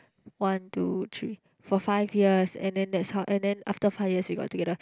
one two three for five years and then that's how and then after five years we got together